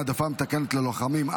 העדפה מתקנת ללוחמים),